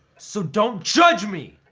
so don't judge me!